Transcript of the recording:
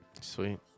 sweet